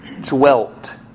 dwelt